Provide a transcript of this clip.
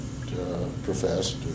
professed